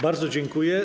Bardzo dziękuję.